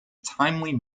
timely